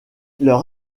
leur